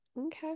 Okay